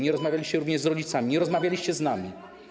Nie rozmawialiście również z rodzicami, nie rozmawialiście z nami.